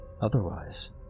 Otherwise